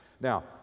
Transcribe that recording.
Now